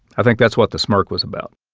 i think that's what the smirk was about